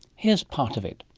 here's part of it.